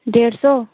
डेढ़ सौ